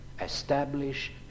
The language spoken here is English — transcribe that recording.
Establish